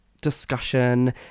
Discussion